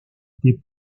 des